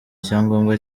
icyangombwa